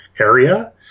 area